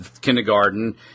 kindergarten